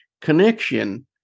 connection